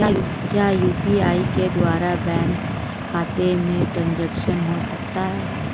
क्या यू.पी.आई के द्वारा बैंक खाते में ट्रैन्ज़ैक्शन हो सकता है?